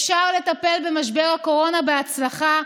אפשר לטפל במשבר הקורונה בהצלחה,